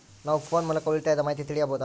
ನಾವು ಫೋನ್ ಮೂಲಕ ಉಳಿತಾಯದ ಮಾಹಿತಿ ತಿಳಿಯಬಹುದಾ?